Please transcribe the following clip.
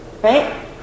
Right